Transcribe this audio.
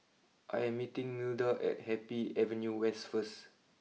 I am meeting Milda at Happy Avenue West first